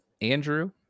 Andrew